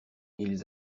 ils